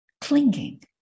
clinging